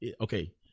okay